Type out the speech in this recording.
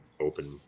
open